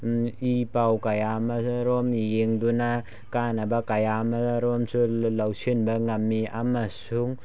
E ꯄꯥꯎ ꯀꯌꯥ ꯑꯃ ꯔꯣꯝ ꯌꯦꯡꯗꯨꯅ ꯀꯥꯟꯅꯕ ꯀꯌꯥ ꯑꯃꯔꯣꯝꯁꯨ ꯂꯧꯁꯤꯟꯕ ꯉꯝꯃꯤ ꯑꯃꯁꯨꯡ